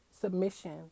submission